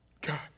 God